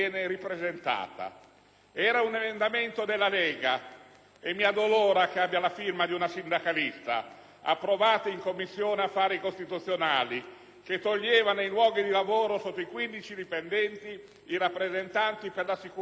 Era un emendamento della Lega (e mi addolora che rechi la firma di una sindacalista), approvato in Commissione affari costituzionali, che toglieva nei luoghi di lavoro con meno di 15 dipendenti i rappresentanti dei lavoratori